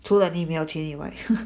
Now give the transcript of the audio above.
除了你没有钱以外